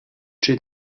czy